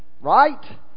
right